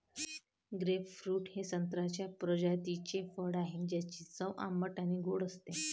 grapefruit हे संत्र्याच्या प्रजातीचे फळ आहे, ज्याची चव आंबट आणि गोड असते